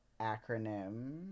acronym